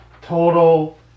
total